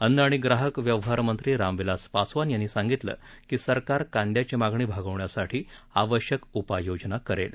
अन्न आणि ग्राहक व्यवहार मंत्री रामविलास पासवान यांनी सांगितलं की सरकार कांदयाची मागणी भागवण्यासाठी आवश्यक उपाययोजना करेल